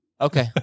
Okay